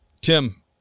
Tim